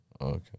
Okay